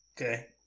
okay